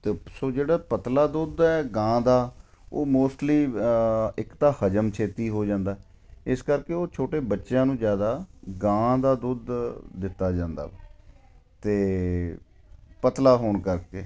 ਅਤੇ ਸੋ ਜਿਹੜਾ ਪਤਲਾ ਦੁੱਧ ਹੈ ਗਾਂ ਦਾ ਉਹ ਮੋਸਟਲੀ ਇੱਕ ਤਾਂ ਹਜ਼ਮ ਛੇਤੀ ਹੋ ਜਾਂਦਾ ਇਸ ਕਰਕੇ ਉਹ ਛੋਟੇ ਬੱਚਿਆਂ ਨੂੰ ਜ਼ਿਆਦਾ ਗਾਂ ਦਾ ਦੁੱਧ ਦਿੱਤਾ ਜਾਂਦਾ ਅਤੇ ਪਤਲਾ ਹੋਣ ਕਰਕੇ